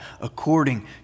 according